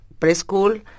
preschool